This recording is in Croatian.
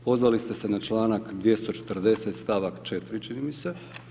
Pozvali ste se na čl. 240. stavak 4 čini mi se.